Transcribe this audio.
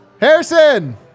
Harrison